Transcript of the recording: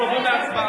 אנחנו עוברים להצבעה.